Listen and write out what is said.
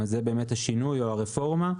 וזה השינוי או הרפורמה.